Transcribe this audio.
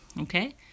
Okay